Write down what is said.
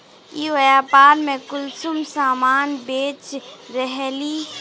ई व्यापार में कुंसम सामान बेच रहली?